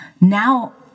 now